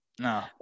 No